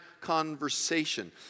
conversation